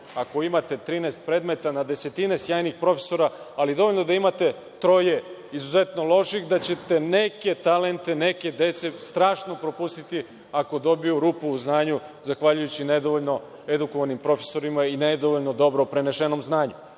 ako imate 13 predmeta, imate na desetine sjajnih profesora, ali dovoljno je da imate troje izuzetno loših, da ćete neke talente neke dece strašno propustiti ako dobiju rupu u znanju, zahvaljujući nedovoljno edukovanim profesorima i nedovoljno dobro prenesenom znanju.